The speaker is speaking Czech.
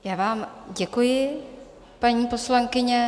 Já vám děkuji, paní poslankyně.